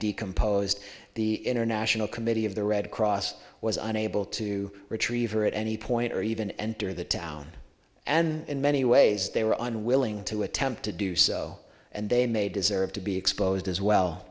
decomposed the international committee of the red cross was unable to retrieve her at any point or even enter the town and in many ways they were unwilling to attempt to do so and they may deserve to be exposed as well